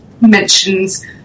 mentions